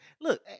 Look